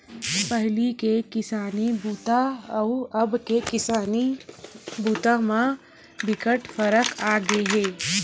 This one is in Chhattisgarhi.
पहिली के किसानी बूता अउ अब के किसानी बूता म बिकट फरक आगे हे